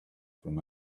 from